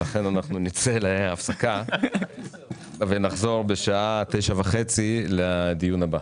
נצא להפסקה ונחזור בשעה 9:30 לדיון הבא.